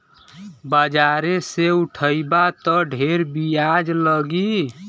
बाजारे से उठइबा त ढेर बियाज लगी